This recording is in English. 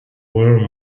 were